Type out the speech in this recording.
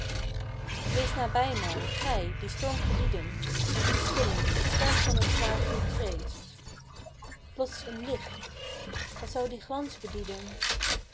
wees nabij mij gij die storm gebieden en kunt stillen t scherp van t zwaard niet vreest plots een licht wat zou die glans bedieden